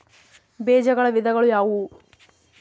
ಬೇಜಗಳ ವಿಧಗಳು ಯಾವುವು?